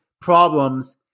problems